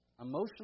Emotional